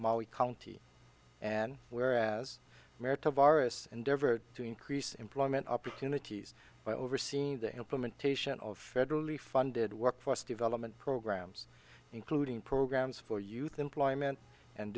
mali county and whereas america virus endeavored to increase employment opportunities by overseeing the implementation of federally funded workforce development programs including programs for youth employment and